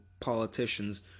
politicians